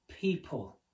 people